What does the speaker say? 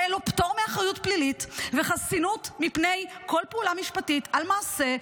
יהיה לו פטור מאחריות פלילית וחסינות מפני כל פעולה משפטית על מעשה,